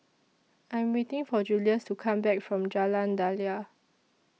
I'm waiting For Julius to Come Back from Jalan Daliah